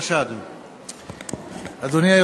בבקשה, אדוני.